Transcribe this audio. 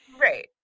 right